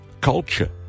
culture